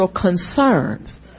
concerns